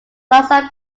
alongside